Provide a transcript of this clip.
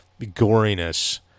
goriness